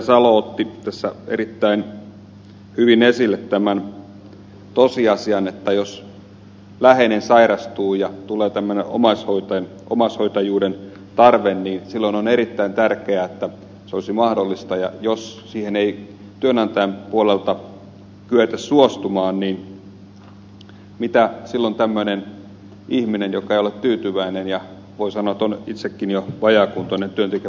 salo otti tässä erittäin hyvin esille tämän tosiasian että jos läheinen sairastuu ja tulee tällainen omaishoitajuuden tarve silloin on erittäin tärkeää että se olisi mahdollista ja jos siihen ei työnantajan puolelta kyetä suostumaan mitä silloin tällainen ihminen pystyy tekemään joka ei ole tyytyväinen ja josta voi sanoa että hän on itsekin jo vajaakuntoinen työntekijä